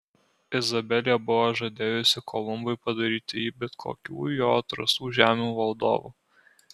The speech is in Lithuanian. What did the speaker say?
izabelė buvo žadėjusi kolumbui padaryti jį bet kokių jo atrastų žemių valdovu